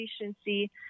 efficiency